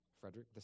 Frederick